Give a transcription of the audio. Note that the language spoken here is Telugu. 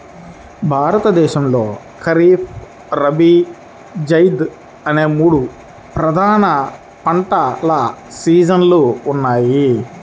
భారతదేశంలో ఖరీఫ్, రబీ, జైద్ అనే మూడు ప్రధాన పంటల సీజన్లు ఉన్నాయి